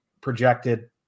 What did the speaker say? projected